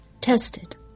Tested